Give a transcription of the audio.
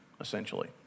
essentially